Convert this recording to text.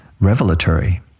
revelatory